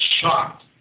shocked